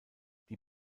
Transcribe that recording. die